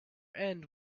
end